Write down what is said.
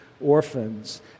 orphans